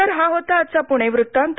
तर हा होता आजचा पूणे वृत्तांत